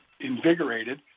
invigorated